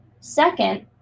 second